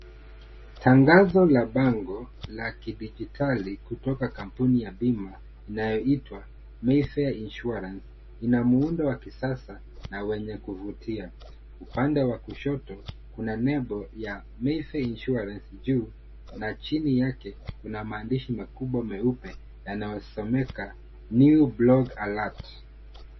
Tangazo la bango la kidijitali kutoka kampuni ya bima inayoitwa Mayfair insurance ,ina muundo wa kisasa na wenye kufutia. Upande wa kushoto kuna nembo ya Mayfair insurance juu na chini yake kuna maandishi makubwa meupe yanayosomeka (CS)new blog alert (CS)